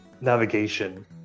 navigation